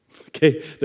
Okay